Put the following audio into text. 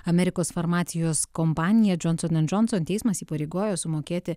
amerikos farmacijos kompaniją johnson and johnson teismas įpareigojo sumokėti